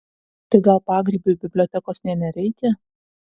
tai gal pagrybiui bibliotekos nė nereikia